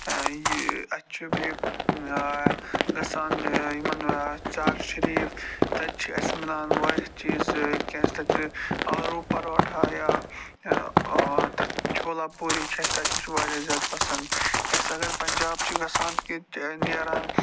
یہِ اَسہِ چھُ بیٚیہِ گژھان یِمَن ژارِ شریٖف تَتہِ چھِ اَسہِ میلان واریاہ چیٖز کیٛازِ تَتہِ آلوٗ پرٛوٹھا یا تَتھ چھولا پوٗری چھِ اَسہِ تَتِچ واریاہ زیادٕ پَسنٛد اَسہِ اگر پَنٛجاب چھِ گژھان کہِ نیران